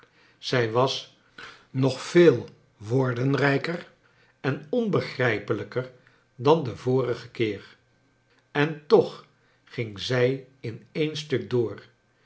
zij was nog veel woordenrijker en onbegrijpeiijker dan den vorigen keer en toch ging zij in een stuk door